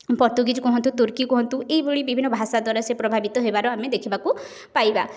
Portuguese କୁହନ୍ତୁ ତୁର୍କୀ କୁହନ୍ତୁ ଏଇଭଳି ବିଭିନ୍ନ ଭାଷା ଦ୍ୱାରା ସେ ପ୍ରଭାବିତ ହେବାର ଆମେ ଦେଖିବାକୁ ପାଇବା